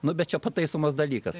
nu bet čia pataisomas dalykas